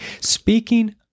Speaking